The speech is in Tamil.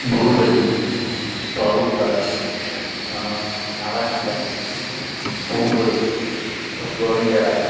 பூபதி பவுன்ராஜ் நவநீதன் பூங்கொடி கோவிந்தராஜ்